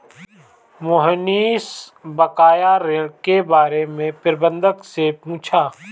मोहनीश बकाया ऋण के बारे में प्रबंधक से पूछा